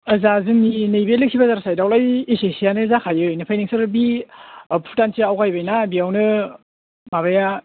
जा जोंनि नैबे लोखि बाजार साइडआवलाय एसेसोआनो जाखायो ओमफ्राय नोंसोरो बे भुटानसो आवगायबायना बेयावनो माबाया